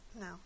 No